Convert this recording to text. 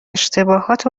اشتباهات